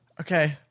okay